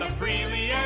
freely